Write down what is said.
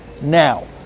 now